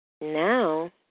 now